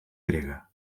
grega